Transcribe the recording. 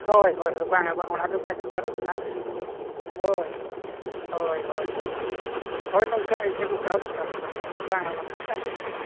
ᱦᱳᱭ ᱦᱳᱭ ᱵᱟᱝᱟ ᱵᱟᱝᱟ ᱚᱱᱟᱫᱚ ᱵᱟᱭ ᱫᱚᱨᱠᱟᱨᱚᱜ ᱠᱟᱱᱟ ᱦᱳᱭ ᱦᱳᱭ ᱦᱳᱭ ᱦᱳᱭ ᱦᱳᱭ ᱱᱚᱝᱠᱟ ᱮᱭᱥᱮ ᱦᱚᱸ ᱫᱚᱨᱠᱟᱨᱚᱜ ᱠᱟᱱ ᱜᱮᱭᱟ ᱵᱟᱝᱟ ᱵᱟᱝᱟ ᱜᱟᱱᱚᱜ ᱠᱟᱱ ᱜᱮᱭᱟ